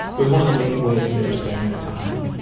it was one of the main ways they were spending their time.